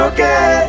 Okay